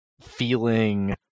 feeling